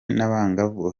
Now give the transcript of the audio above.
n’abangavu